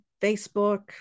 Facebook